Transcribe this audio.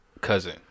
cousin